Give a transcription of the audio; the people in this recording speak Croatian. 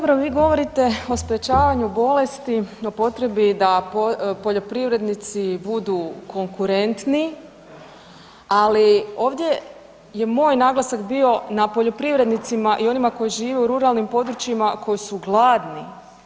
A dobro, vi govorite o sprječavanju bolesti, o potrebi da poljoprivrednici budu konkurentni, ali ovdje je moj naglasak bio na poljoprivrednicima i onima koji žive u ruralnim područjima koji su gladni.